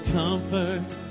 comfort